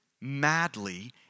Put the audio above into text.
madly